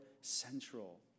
central